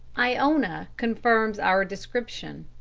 iona confirms our description.